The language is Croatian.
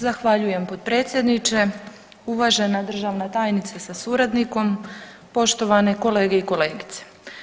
Zahvaljujem potpredsjedniče, uvažena državna tajnice sa suradnikom, poštovane kolege i kolegice.